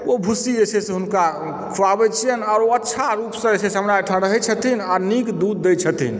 ओ भुस्सी जे छै से हुनका खुआबै छिअनि आ ओ अच्छा रूप से जे छै हमरा ओहिठाम रहै छथिन आ नीक दूध दै छथिन